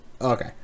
Okay